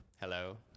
Hello